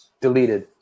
Deleted